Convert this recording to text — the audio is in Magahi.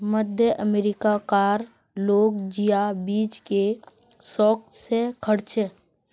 मध्य अमेरिका कार लोग जिया बीज के शौक से खार्चे